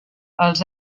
els